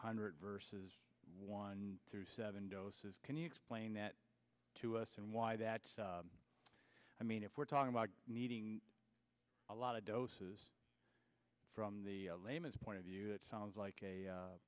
hundred versus one through seven doses can you explain that to us and why that i mean if we're talking about needing a lot of doses from the layman's point of view it sounds like a